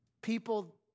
People